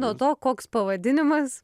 nuo to koks pavadinimas